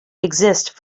exist